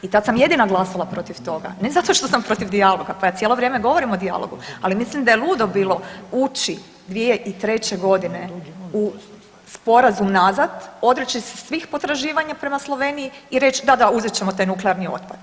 I tad sam jedina glasala protiv toga ne zato što sam protiv dijaloga, pa ja cijelo vrijeme govorim o dijalogu, ali mislim da je ludo bilo ući 2003. godine u sporazum nazad, odreći se svih potraživanja prema Sloveniji i reći da, da uzet ćemo taj nuklearni otpad.